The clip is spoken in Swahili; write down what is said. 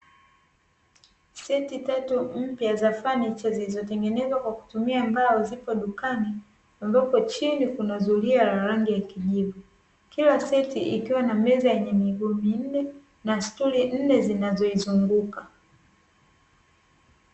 Seti tatu mpya za fanicha, zilizotengenezwa kwa kutumia mbao zipo dukani, ambapo chini kuna zulia la rangi ya kijivu, kila seti ikiwa na meza ya miguu minne na stuli nne zinazoizunguka.